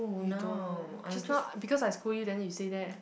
you don't just now because I scold you then you say that